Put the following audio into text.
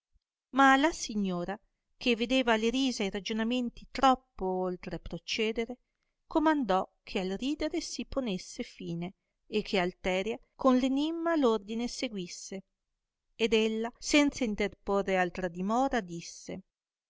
ma la signora che vedeva le risa e i ragionamenti troppo oltre prociedere comandò che al ridere si ponesse fine e che alteria con l'enimma l'ordine seguisse ed ella senza interporre altra dimora disse